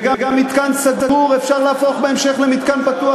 וגם מתקן סגור אפשר להפוך בהמשך למתקן פתוח.